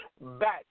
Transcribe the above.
back